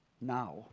now